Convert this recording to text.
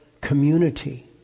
community